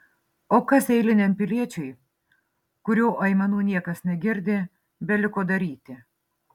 o kas eiliniam piliečiui kurio aimanų niekas negirdi beliko daryti